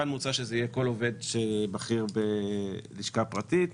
כאן מוצע שזה יהיה כל עובד בכיר בלשכה פרטית.